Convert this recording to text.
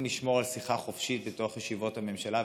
לשמור על שיחה חופשית בתוך ישיבות הממשלה,